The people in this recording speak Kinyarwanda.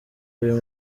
uyu